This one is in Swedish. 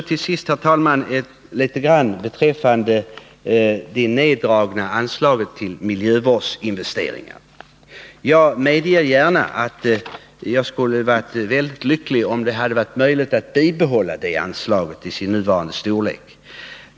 Till sist, herr talman, något om det sänkta anslaget till miljövårdsinvesteringar. Jag medger gärna att jag hade varit mycket lycklig, om det hade varit möjligt att bibehålla anslaget i dess nuvarande storlek.